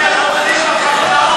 אורן, האמת כואבת.